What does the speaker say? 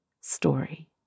story